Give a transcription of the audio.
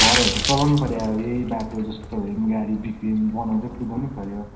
घरहरू त चलाउनु पर्यो अब यही बाटो जस्तो भए गाडी बिग्रे नि बनाउँदै कुदाउनु पर्यो